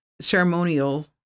ceremonial